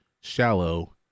Shallow